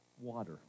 water